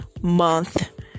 month